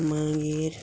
मागीर